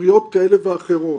בספריות כאלה ואחרות.